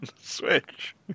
Switch